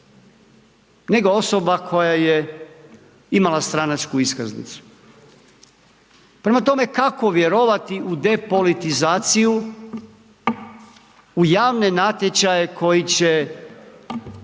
nego osobe koja je imala stranačku iskaznicu. Prema tome kako vjerovati u depolitizaciju, u javne natječaje, koji će